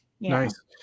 nice